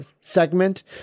segment